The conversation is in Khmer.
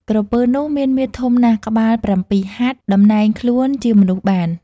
ក្រពើនោះ មានមាឌធំណាស់ ក្បាល ៧ហត្ថ តំណែងខ្លួនជាមនុស្សបាន ។